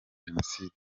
jenoside